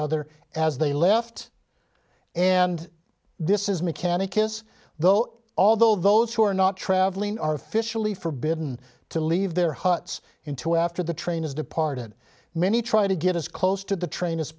other as they left and this is mechanic is though although those who are not traveling are officially forbidden to leave their huts into after the train is departed many try to get as close to the train as